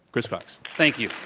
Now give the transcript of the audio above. chris cox thank you.